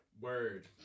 Word